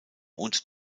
und